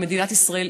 ומדינת ישראל,